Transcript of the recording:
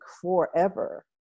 forever